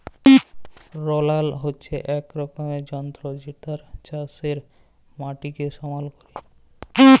roller হচ্যে এক রকমের যন্ত্র জেতাতে চাষের মাটিকে সমাল ক্যরে